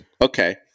Okay